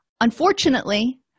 Unfortunately